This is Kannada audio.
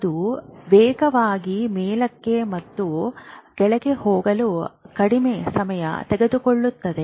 ಅದು ವೇಗವಾಗಿ ಮೇಲಕ್ಕೆ ಮತ್ತು ಕೆಳಕ್ಕೆ ಹೋಗಲು ಕಡಿಮೆ ಸಮಯ ತೆಗೆದುಕೊಳ್ಳುತ್ತದೆ